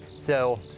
so,